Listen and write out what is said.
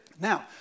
Now